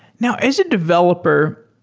now, as a developer,